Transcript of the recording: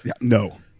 No